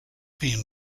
been